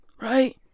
right